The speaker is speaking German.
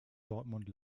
dortmund